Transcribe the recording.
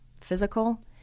Physical